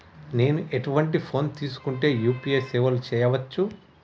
నేను ఎటువంటి ఫోన్ తీసుకుంటే యూ.పీ.ఐ సేవలు చేయవచ్చు?